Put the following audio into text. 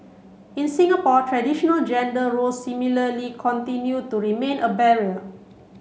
in Singapore traditional gender roles similarly continue to remain a barrier